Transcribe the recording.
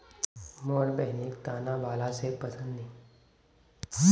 मोर बहिनिक दाना बाला सेब पसंद नी